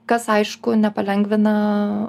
kas aišku nepalengvina